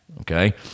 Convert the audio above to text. Okay